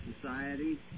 society